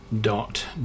dot